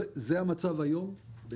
זה המצב היום.